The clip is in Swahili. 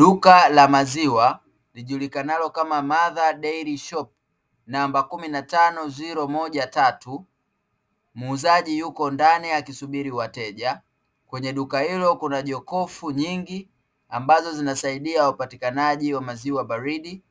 Duka la maziwa lijulikanalo kama"MOTHER DAIRY SHOP" namba kumi na tano ziro moja tatu, muuzaji yupo ndani akisubiri wateja, kwenye duka hilo kuna jokofu nyingi ambazo zinasaidia upatikanaji wa maziwa baridi